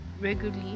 regularly